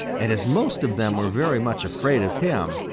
and as most of them were very much afraid of him,